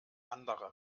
anderer